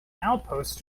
outpost